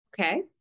Okay